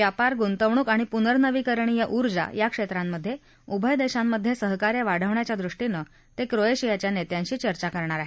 व्यापार गुंतवणूक आणि पुनर्नवीकरणीय ऊर्जा या क्षेत्रांमधे उभय देशांमधे सहकार्य वाढवण्याच्या दृष्टीनं क्रोएशियाच्या नेत्यांशी चर्चा करणार आहेत